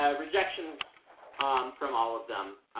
ah rejections um from all of them.